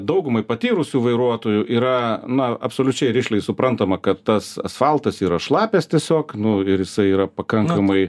daugumai patyrusių vairuotojų yra na absoliučiai rišliai suprantama kad tas asfaltas yra šlapias tiesiog nu ir jisai yra pakankamai